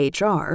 HR